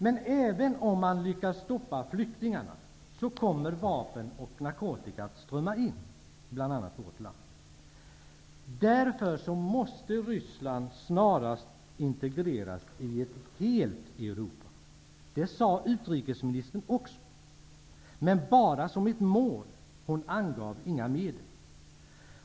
Men även om man lyckas stoppa flyktingarna, kommer vapen och narkotika att strömma in, bl.a. till vårt land. Därför måste Ryssland snarast integreras i ett helt Europa. Det sade också utrikesministern -- men bara såsom ett mål; hon angav inga medel.